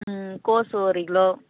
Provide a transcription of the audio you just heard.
ம் கோஸ் ஒரு கிலோ